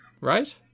right